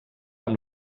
amb